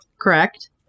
correct